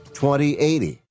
2080